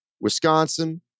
Wisconsin